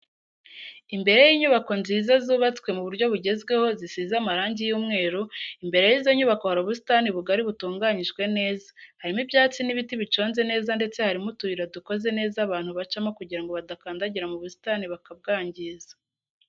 Imbere y'inyubako nziza zubatswe mu buryo bugezweho zisize amarangi y'umweru, imbere y'izo nyubako hari ubusitani bugari butunganyijwe neza, harimo ibyatsi n'ibiti biconze neza ndetse harimo utuyira dukoze neza abantu bacamo kugira ngo badakandagira mu busitani bakabwangiza.